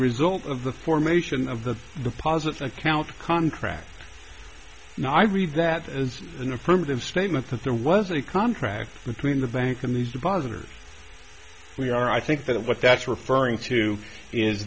result of the formation of the deposit account contract not i read that as an affirmative statement that there was a contract between the bank and these deposits we are i think that what that's referring to is